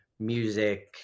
music